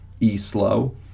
e-slow